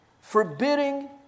forbidding